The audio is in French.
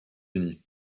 unis